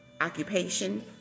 occupation